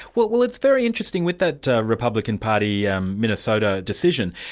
well well it's very interesting with that republican party yeah um minnesota decision.